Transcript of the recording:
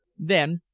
then,